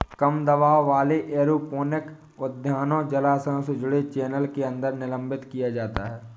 कम दबाव वाले एरोपोनिक उद्यानों जलाशय से जुड़े चैनल के अंदर निलंबित किया जाता है